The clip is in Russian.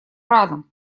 рано